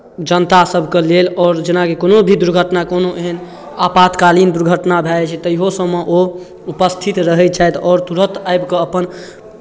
जनतासभके लेल आओर जेनाकि कोनो भी दुर्घटना कोनो एहन आपातकालीन दुर्घटना भए जाइ छै तैयो सभमे ओ उपस्थित रहै छथि आओर तुरन्त आबि कऽ अपन